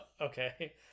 Okay